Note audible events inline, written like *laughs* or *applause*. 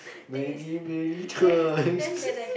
many many times *laughs*